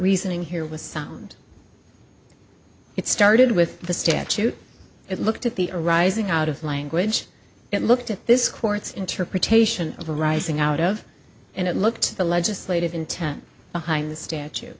reasoning here was sound it started with the statute it looked at the arising out of language it looked at this court's interpretation arising out of and it looked at the legislative intent behind the statu